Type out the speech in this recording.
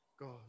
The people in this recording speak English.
God